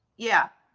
yeah.